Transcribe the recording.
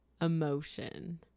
emotion